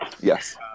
Yes